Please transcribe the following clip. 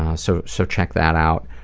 ah so so check that out.